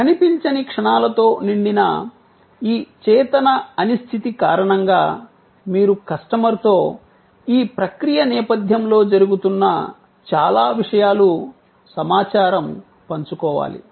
కనిపించని క్షణాలతో నిండిన ఈ చేతన అనిశ్చితి కారణంగా మీరు కస్టమర్తో ఈ ప్రక్రియ నేపథ్యంలో జరుగుతున్న చాలా విషయాలు సమాచారం పంచుకోవాలి